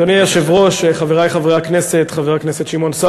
אדוני היושב-ראש, חברי חברי הכנסת, חבר הכנסת